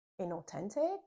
inauthentic